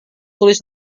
tulis